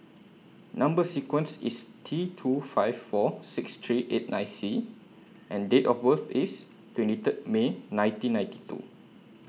Number sequence IS T two five four six three eight nine C and Date of birth IS twenty Third May nineteen ninety two